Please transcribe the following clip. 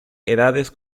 edades